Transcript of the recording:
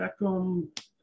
Beckham